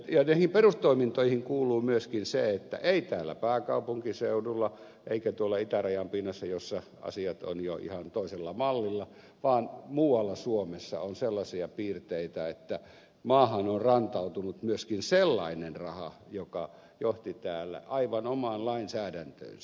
näihin perustoimintoihin kuuluu myöskin se että ei täällä pääkaupunkiseudulla eikä tuolla itärajan pinnassa jossa asiat ovat jo ihan toisella mallilla vaan muualla suomessa on sellaisia piirteitä että maahan on rantautunut myöskin sellainen raha joka johti täällä aivan omaan lainsäädäntöönsä